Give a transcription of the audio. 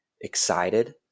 Excited